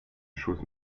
chose